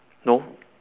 no